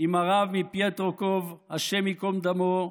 עם הרב מפיוטרקוב, השם ייקום דמו,